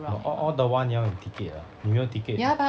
no all all the while 你要有 ticket 的你没有 ticket